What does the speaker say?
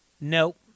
Nope